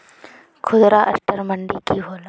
खुदरा असटर मंडी की होला?